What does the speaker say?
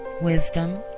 Wisdom